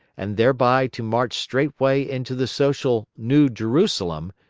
and thereby to march straightway into the social new jerusalem,